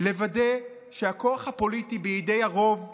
לוודא שהכוח הפוליטי בידי הרוב מוגבל.